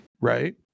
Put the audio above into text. right